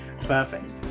Perfect